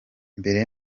mbere